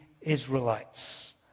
Israelites